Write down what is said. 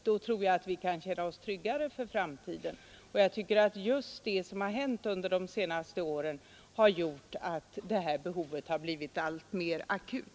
Då tror jag att vi kan känna oss tryggare för framtiden. Det som har hänt under de senaste åren tycker jag har gjort att detta behov har blivit alltmera akut.